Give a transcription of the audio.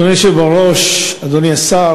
אדוני היושב בראש, אדוני השר,